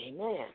amen